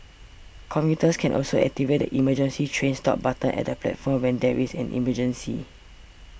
commuters can also activate the emergency train stop buttons at the platforms when there is an emergency